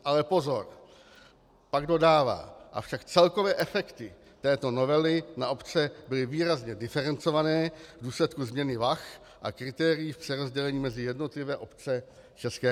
Ale pozor, pak dodává: Avšak celkové efekty této novely na obce byly výrazně diferencované v důsledku změny vah a kritérií v přerozdělení mezi jednotlivé obce ČR.